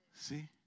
See